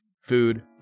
food